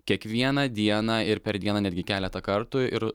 kiekvieną dieną ir per dieną netgi keletą kartų ir